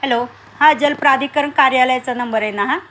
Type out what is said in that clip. hello हा जलप्राधिकरण कार्यालयाचा नंबर आहे ना हा